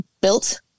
built